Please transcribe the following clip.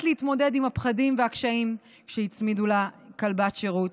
להתמודד עם הפחדים והקשיים כשהצמידו לה כלבת שירות.